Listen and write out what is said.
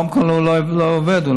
הרמקול אולי לא עובד.